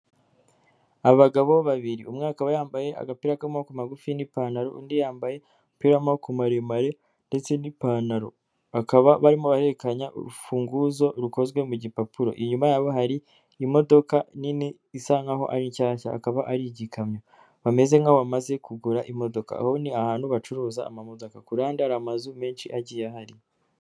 Abagabo babiri, umwe akaba yambaye agapira k'amaboko magufi n'ipantaro, undi yambaye umupira w'amaaboko maremare ndetse n'ipantaro, bakaba barimo bahererekanya urufunguzo rukozwe mu gipapuro, inyuma yabo hari imodoka nini isa nkaho ari nshyashya, akaba ari igikamyo, bameze nk'aho bamaze kugura imodoka, aho ni ahantu bacuruza amamodoka, ku ruhande hari amazu menshi agiye ahari.